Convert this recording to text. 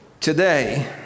today